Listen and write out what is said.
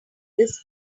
this